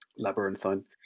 Labyrinthine